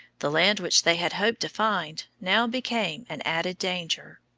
the land which they had hoped to find now became an added danger.